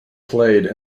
played